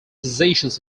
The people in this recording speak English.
positions